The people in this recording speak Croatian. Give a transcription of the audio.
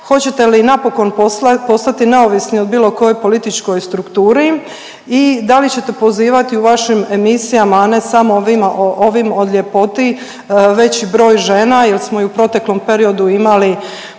Hoćete li napokon postati neovisni o bilo kojoj političkoj strukturi? I da li ćete pozivati u vašim emisijama a ne samo o ovim o ljepoti veći broj žena, jer smo i i u proteklom periodu imali